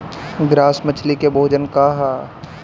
Grass मछली के भोजन का ह?